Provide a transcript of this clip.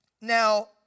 Now